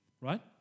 Right